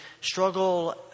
struggle